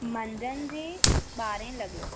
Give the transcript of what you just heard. मंझंनि जी ॿारहें लॻे